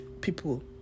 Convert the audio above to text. people